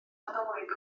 nadolig